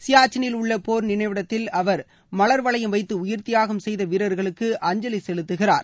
சியாச்சினில் உள்ள போர் நிளைவிடத்தில் அவர் மலர் வளையம் வைத்து உயிர்தியாகம் செய்த வீரர்களுக்கு அஞ்சலி செலுத்துகிறார்